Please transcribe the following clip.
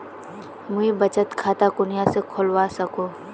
मुई बचत खता कुनियाँ से खोलवा सको ही?